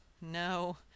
No